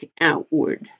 outward